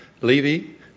Levy